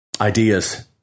ideas